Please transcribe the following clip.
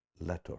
letter